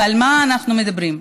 ועל מה אנחנו מדברים?